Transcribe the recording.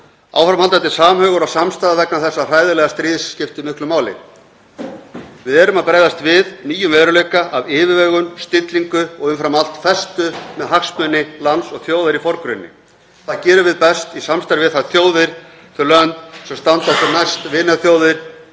Áframhaldandi samhugur og samstaða vegna þessa hræðilega stríðs skiptir miklu máli. Við eigum að bregðast við nýjum veruleika af yfirvegun, stillingu og umfram allt festu með hagsmuni lands og þjóðar forgrunni. Það gerum við best í samstarfi við þær þjóðir og þau lönd sem standa okkur næst, vinaþjóðir.